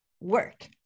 work